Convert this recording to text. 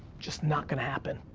just not gonna happen.